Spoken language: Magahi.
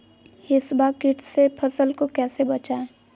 हिसबा किट से फसल को कैसे बचाए?